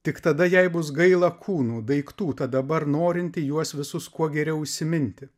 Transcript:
tik tada jei bus gaila kūnų daiktų tad dabar norinti juos visus kuo geriau įsiminti